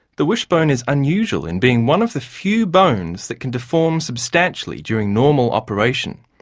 the wishbone is unusual in being one of the few bones that can deform substantially during normal operation,